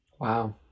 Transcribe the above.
Wow